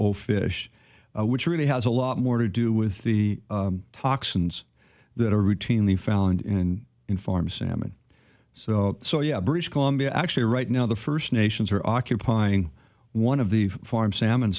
oafish which really has a lot more to do with the toxins that are routinely found in in farm salmon so so yeah british columbia actually right now the first nations are occupying one of the farm salmon